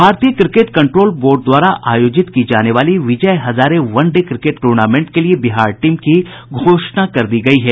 भारतीय cricket control board द्वारा आयोजित की जाने वाली Vijay Hazare one day cricket tournament के लिये बिहार टीम की घोषणा कर दी गयी है